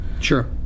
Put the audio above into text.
Sure